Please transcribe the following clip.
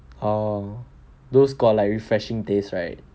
oh those got like refreshing taste right